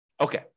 Okay